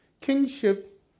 Kingship